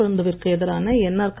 சிவக்கொழுந்து விற்கு எதிரான என்